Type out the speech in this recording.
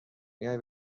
میای